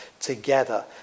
together